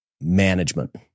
management